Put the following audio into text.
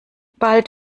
bald